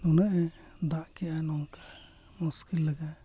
ᱱᱩᱱᱟᱹᱜ ᱮ ᱫᱟᱜ ᱠᱮᱜᱼᱟ ᱱᱚᱝᱠᱟ ᱢᱩᱥᱠᱤᱞ ᱞᱮᱠᱟ